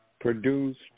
produced